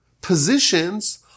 positions